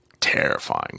terrifying